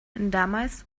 damals